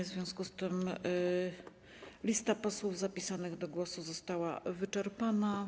W związku z tym lista posłów zapisanych do głosu została wyczerpana.